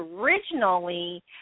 originally